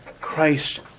Christ